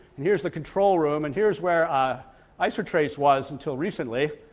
and here's the control room, and here's where ah isotrace was until recently.